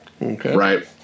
right